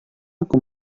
aku